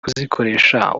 kuzikoresha